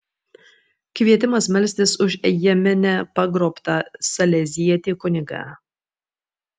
kvietimas melstis už jemene pagrobtą salezietį kunigą